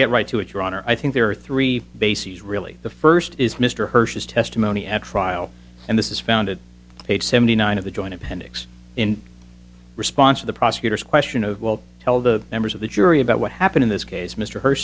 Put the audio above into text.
get right to it your honor i think there are three bases really the first is mr hirsch's testimony at trial and this is founded page seventy nine of the joint appendix in response to the prosecutor's question of will tell the members of the jury about what happened in this case mr h